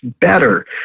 better